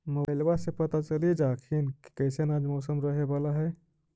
मोबाईलबा से पता चलिये जा हखिन की कैसन आज मौसम रहे बाला है?